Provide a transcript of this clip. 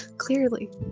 clearly